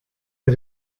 der